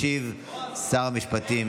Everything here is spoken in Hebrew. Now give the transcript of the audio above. ישיב שר המשפטים,